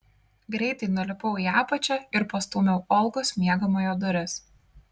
greitai nulipau į apačią ir pastūmiau olgos miegamojo duris